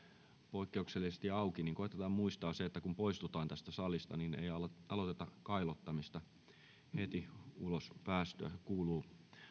poikkeuksellisesti auki niin koetetaan muistaa se että kun poistutaan tästä salista niin ei aloiteta kailottamista heti ulos päästyä kuuluu